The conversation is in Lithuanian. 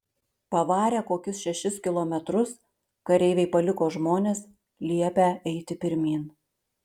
pavarę kokius šešis kilometrus kareiviai paliko žmones liepę eiti pirmyn